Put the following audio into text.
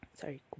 Sorry